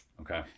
Okay